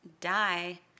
die